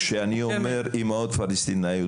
כשאני אומר אימהות פלסטינאיות,